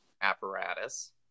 apparatus